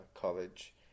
college